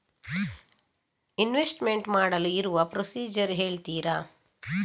Investment ಮಾಡಲು ಇರುವ procedure ಹೇಳ್ತೀರಾ?